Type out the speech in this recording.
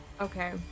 Okay